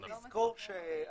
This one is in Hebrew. אשר,